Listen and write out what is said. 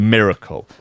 Miracle